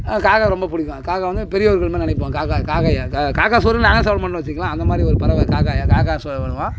காகம் ரொம்ப பிடிக்கும் காகம் வந்து பெரியவர்கள் மாதிரி நினைப்போம் காக்கா காக்கையை காக்கா சோறு வைக்காமல் நாங்களே சாப்பிட மாட்டோம்னு வச்சுக்கங்களேன் அந்த மாதிரி ஒரு பறவை காக்காயை காக்காய்